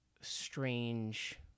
strange